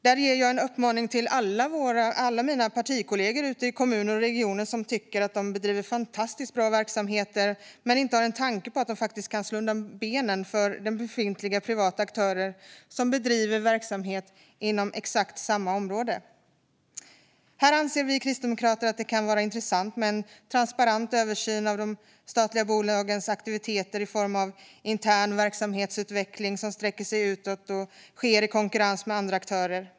Där ger jag en uppmaning till alla mina partikollegor ute i kommuner och regioner som tycker att de bedriver fantastiskt bra verksamheter men inte har en tanke på att de faktiskt kan slå undan benen för befintliga privata aktörer som bedriver verksamheter inom exakt samma områden. Här anser vi kristdemokrater att det kan vara intressant med en transparent översyn av de statliga bolagens aktiviteter i form av intern verksamhetsutveckling som sträcker sig utåt och sker i konkurrens med andra aktörer.